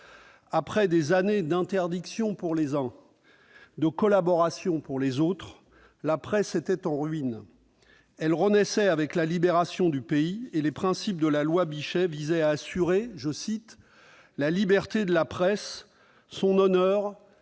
Après des années d'interdiction pour les uns et de collaboration pour les autres, la presse était en ruines. Elle renaissait avec la Libération, les principes de la loi Bichet visant à assurer « la liberté de la presse, son honneur et